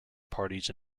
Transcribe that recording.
parties